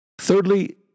Thirdly